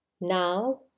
now